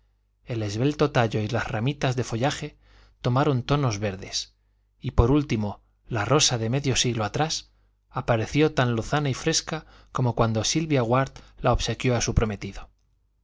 el esbelto tallo y las ramitas de follaje tomaron tonos verdes y por último la rosa de medio siglo atrás apareció tan lozana y fresca como cuando silvia ward la obsequió a su prometido